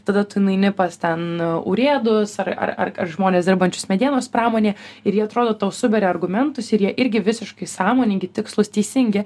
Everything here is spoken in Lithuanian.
tada tu nueini pas ten urėdus ar ar ar žmones dirbančius medienos pramonėje ir jie atrodo tau suberia argumentus ir jie irgi visiškai sąmoningi tikslūs teisingi